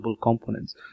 components